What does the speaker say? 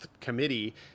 committee